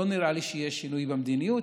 לא נראה לי שיהיה שינוי במדיניות,